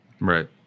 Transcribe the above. Right